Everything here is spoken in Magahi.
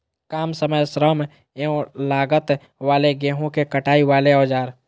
काम समय श्रम एवं लागत वाले गेहूं के कटाई वाले औजार?